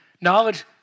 Knowledge